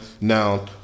now